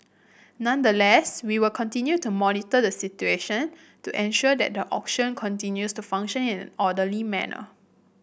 nonetheless we will continue to monitor the situation to ensure that the auction continues to function in orderly manner